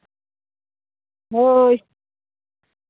ᱦᱳᱭ